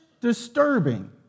disturbing